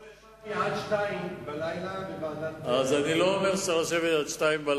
אתמול ישבתי עד 02:00. אני לא אומר שצריך לשבת עד 02:00,